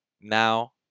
now